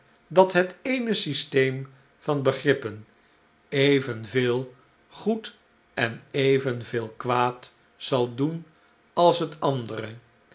dat het eene systeem van begrippen evenveel goed en evenveel kwaad zal doen als het andere